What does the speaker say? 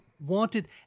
wanted